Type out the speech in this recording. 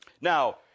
Now